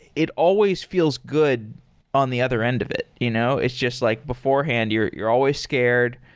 it always feels good on the other end of it. you know it's just like beforehand you're you're always scared.